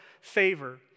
favor